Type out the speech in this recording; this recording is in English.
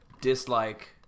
dislike